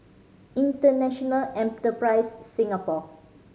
International Enterprise Singapore